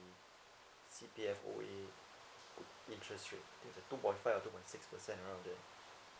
C_P_F O_A interest rate it's like two point five or two point six percent around that